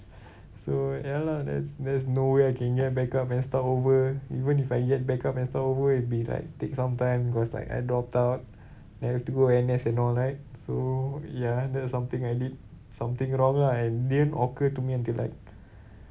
so ya lah there's there's no way I can get back up and start over even if I get back up and start over it'll be like take some time because like I dropped out then have to go N_S and all right so ya that's something I did something wrong lah and didn't occur to me until like